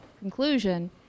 conclusion